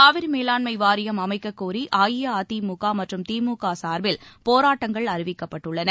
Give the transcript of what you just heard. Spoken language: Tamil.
காவிரி மேலாண்மை வாரியம் அமைக்கக் கோரி அஇஅதிமுக மற்றும் திமுக சார்பில் போராட்டங்கள் அறிவிக்கப்பட்டுள்ளன